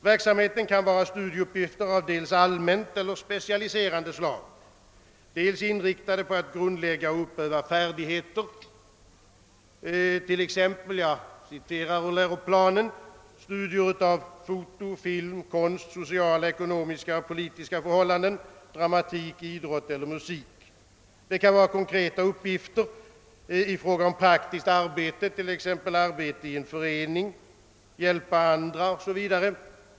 Verksamheten kan bestå i studieuppgifter av dels allmänt eller specialiserande slag, dels inriktade på att grundlägga och uppöva färdigheter, t.ex. — jag citerar ur läroplanen — studier av foto, film och konst, sociala, ekonomiska och politiska förhållanden, dramatik, idrott eller musik. Det kan vara konkreta uppgifter i fråga om praktiskt arbete, t.ex. arbete i en förening, hjälpa andra.